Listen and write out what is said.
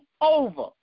over